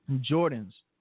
jordan's